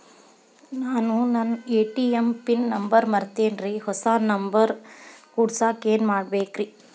ನಾನು ನನ್ನ ATM pin number ಮರ್ತೇನ್ರಿ, ಹೊಸಾ ನಂಬರ್ ಕುಡಸಾಕ್ ಏನ್ ಮಾಡ್ಬೇಕ್ರಿ?